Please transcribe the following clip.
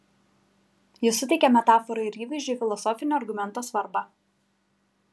jis suteikė metaforai ir įvaizdžiui filosofinio argumento svarbą